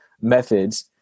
methods